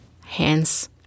Hence